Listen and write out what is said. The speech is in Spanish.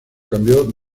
cambió